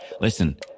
listen